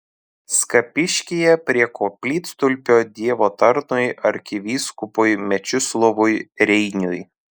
skapiškyje prie koplytstulpio dievo tarnui arkivyskupui mečislovui reiniui